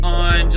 on